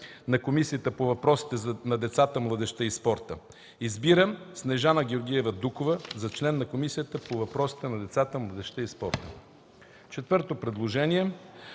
на Комисията по въпросите на децата, младежта и спорта. Избира Снежана Георгиева Дукова за член на Комисията по въпросите на децата, младежта и спорта.” Четвъртото предложение: